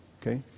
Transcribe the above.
Okay